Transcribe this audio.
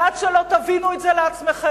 ועד שלא תבינו את זה לעצמכם,